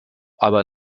aber